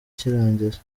cy’irangiza